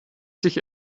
sich